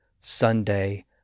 sunday